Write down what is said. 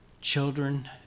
children